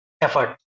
effort